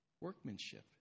workmanship